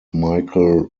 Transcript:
michael